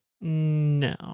no